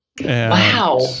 Wow